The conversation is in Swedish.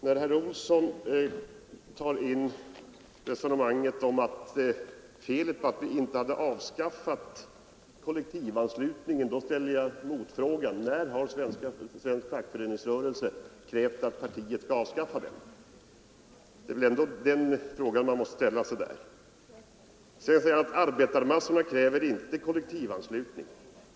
Herr talman! Herr Olsson i Stockholm frågade varför vi inte har avskaffat kollektivanslutningen, och jag ställer då en motfråga: När har svensk fackföreningsrörelse krävt att partiet skall avskaffa kollektivanslutningen? Det är ju den fråga man måste ställa. Sedan säger herr Olsson att arbetarmassorna inte kräver kollektivanslutning.